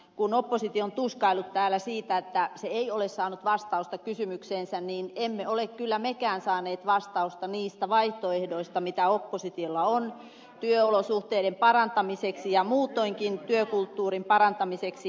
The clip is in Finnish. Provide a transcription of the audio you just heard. kun oppositio on tuskaillut täällä sitä että se ei ole saanut vastausta kysymykseensä niin emme ole kyllä mekään saaneet vastausta niistä vaihtoehdoista mitä oppositiolla on työolosuhteiden parantamiseksi ja muutoinkin työkulttuurin parantamiseksi